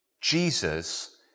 Jesus